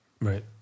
Right